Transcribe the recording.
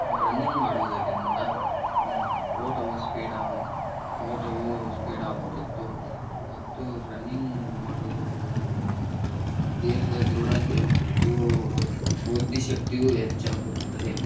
running ಮಾಡುವುದರಿಂದ ಓಟವು speed ಓಟವು ಸ್ಪೀಡಾಗುತ್ತಿತ್ತು ಮತ್ತು ರನ್ನಿಂಗ್ ಮಾಡುವುದರಿಂದ ದೇಹದ ದೃಢತೆ ಮತ್ತು ಬುದ್ಧಿ ಶಕ್ತಿಯು ಹೆಚ್ಚಾಗುತ್ತದೆ